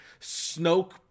Snoke